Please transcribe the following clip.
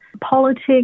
politics